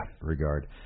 regard